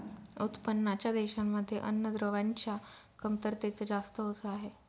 उत्पन्नाच्या देशांमध्ये अन्नद्रव्यांच्या कमतरतेच जास्त ओझ आहे